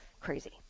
crazy